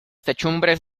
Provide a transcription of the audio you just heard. techumbres